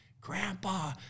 Grandpa